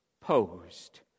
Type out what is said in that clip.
posed